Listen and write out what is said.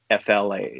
FLA